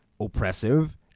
oppressive